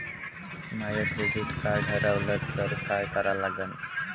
माय credit card हारवलं तर काय करा लागन?